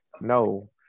no